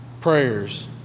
prayers